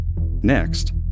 Next